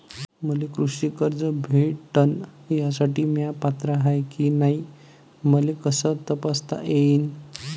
मले कृषी कर्ज भेटन यासाठी म्या पात्र हाय की नाय मले कस तपासता येईन?